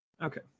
Okay